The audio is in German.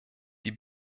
die